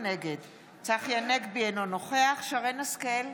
נגד צחי הנגבי, אינו נוכח שרן מרים השכל,